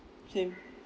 same